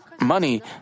money